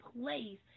place